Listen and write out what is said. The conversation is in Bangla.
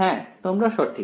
হ্যাঁ তোমরা সঠিক